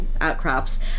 outcrops